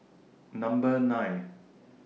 Number nine